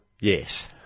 yes